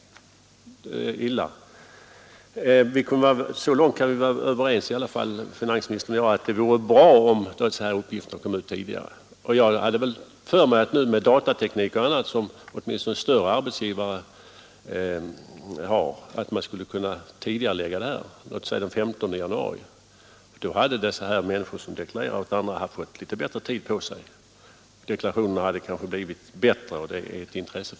Så läget i Övertorneå långt kan väl finansministern och jag i alla fall vara överens, att det vore bra om dessa uppgifter kom ut tidigare. Jag hade också för mig att man med datatekniken och de andra hjälpmedel som åtminstone större arbetsgivare nu har skulle kunna tidigarelägga lämnandet av arbetsgivar uppgifterna till t.ex. den 15 januari — då kunde de människor som deklarerar för andra få litet mera tid på sig.